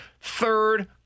third